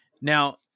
Now